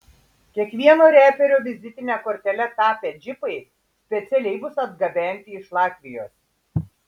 kiekvieno reperio vizitine kortele tapę džipai specialiai bus atgabenti iš latvijos